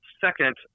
Second